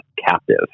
captive